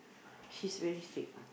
she's very strict